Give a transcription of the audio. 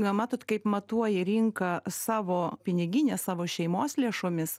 na matot kaip matuoja rinką savo pinigine savo šeimos lėšomis